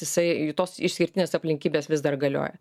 jisai tos išskirtinės aplinkybės vis dar galioja